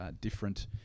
different